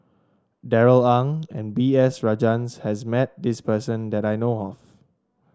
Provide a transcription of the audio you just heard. Darrell Ang and B S Rajhans has met this person that I know of